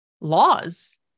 laws